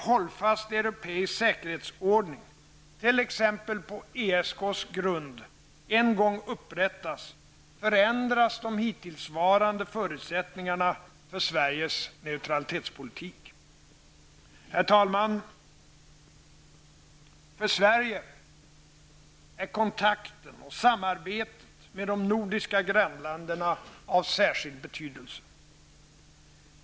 på ESKs grund, en gång upprättas förändras de hittillsvarande förutsättningarna för Sveriges neutralitetspolitik. Herr talman! För Sverige är kontakten och samarbetet med de nordiska grannländerna av särskild betydelse.